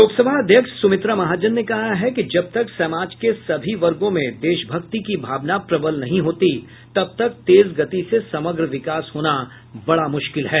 लोकसभा अध्यक्ष सुमित्रा महाजन ने कहा है कि जबतक समाज के सभी वर्गो में देशभक्ति की भावना प्रबल नहीं होती तब तक तेज गति से समग्र विकास होना बड़ा मूश्किल है